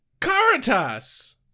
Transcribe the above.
Caritas